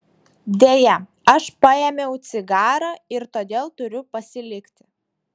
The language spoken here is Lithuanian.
deja aš paėmiau cigarą ir todėl turiu pasilikti